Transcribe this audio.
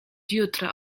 jutra